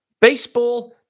Baseball